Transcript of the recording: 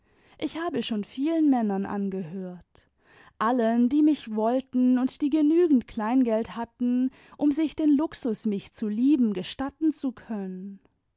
ich habe schon vielen männern angehört allen die mich wollten und die genügend kleingeld hatten um sich den luxus mich zu lieben gestatten zu können